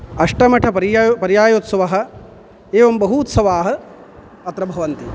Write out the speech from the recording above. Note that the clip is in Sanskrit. अष्टमठपर्याय् पर्यायोत्सवः एवं बहूत्सवाः अत्र भवन्ति